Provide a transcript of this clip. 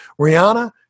Rihanna